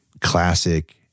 classic